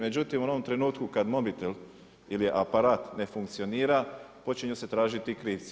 Međutim u onom trenutku kada mobitel ili aparat ne funkcionira počinju se tražiti krivci.